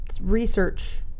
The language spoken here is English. research